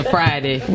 Friday